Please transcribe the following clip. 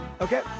Okay